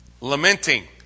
lamenting